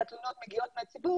ודאי כאשר התלונות מהציבור,